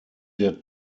der